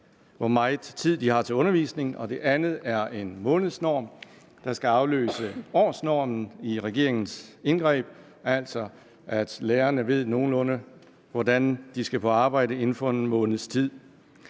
hvor meget tid de har til undervisning. Det andet er en månedsnorm, der skal afløse årsnormen i regeringens indgreb, så lærerne altså ved nogenlunde, hvordan de skal på arbejde inden for en måneds tid.